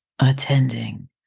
attending